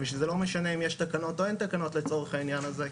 ושזה לא משנה אם יש תקנות או אין תקנות לצורך העניין הזה,